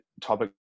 topic